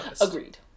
agreed